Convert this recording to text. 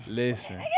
listen